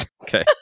okay